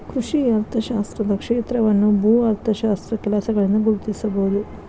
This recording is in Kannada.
ಕೃಷಿ ಅರ್ಥಶಾಸ್ತ್ರದ ಕ್ಷೇತ್ರವನ್ನು ಭೂ ಅರ್ಥಶಾಸ್ತ್ರದ ಕೆಲಸಗಳಿಂದ ಗುರುತಿಸಬಹುದು